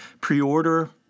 pre-order